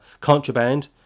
contraband